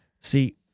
See